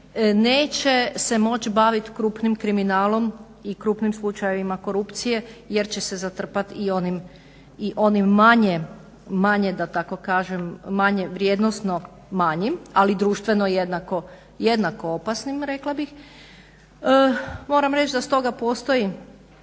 neće se moći bavit krupnim kriminalom i krupnim slučajevima korupcije jer će se zatrpat i onim manje da tako kažem, vrijednosno manjim ali društveno jednako opasnim rekla bih. Moram reći da stoga postoji